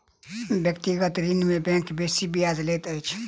व्यक्तिगत ऋण में बैंक बेसी ब्याज लैत अछि